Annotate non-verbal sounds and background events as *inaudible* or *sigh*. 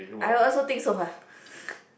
I also think so ah *breath*